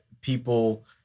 people